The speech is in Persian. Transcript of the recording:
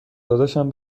داداشم